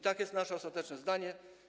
Takie jest nasze ostateczne zdanie.